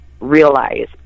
realize